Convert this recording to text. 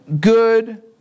good